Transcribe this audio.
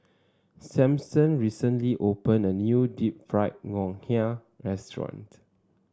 Samson recently opened a new Deep Fried Ngoh Hiang Restaurant